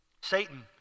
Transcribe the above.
Satan